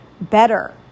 better